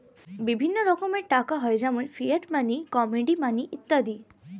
বিভিন্ন রকমের টাকা হয় যেমন ফিয়াট মানি, কমোডিটি মানি ইত্যাদি